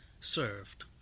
served